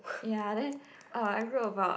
ya then uh I wrote about